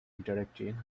interacting